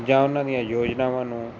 ਜਾਂ ਉਹਨਾਂ ਦੀਆਂ ਯੋਜਨਾਵਾਂ ਨੂੰ